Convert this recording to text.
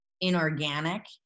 inorganic